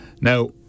Now